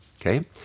Okay